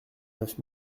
neuf